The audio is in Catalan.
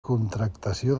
contractació